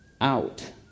out